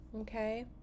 Okay